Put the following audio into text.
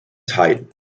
teilen